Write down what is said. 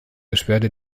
beschwerde